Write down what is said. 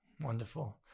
wonderful